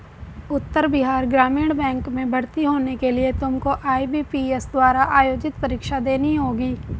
उत्तर Bihar Gramin bank में भर्ती होने के लिए तुमको आई.बी.पी.एस द्वारा आयोजित परीक्षा देनी होगी